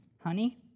honey